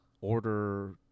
Order